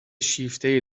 شیفته